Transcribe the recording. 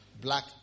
black